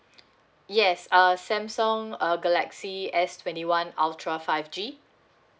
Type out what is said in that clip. yes err samsung err galaxy S twenty one ultra five G